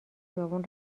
خیابون